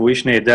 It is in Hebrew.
הוא איש נהדר,